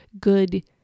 good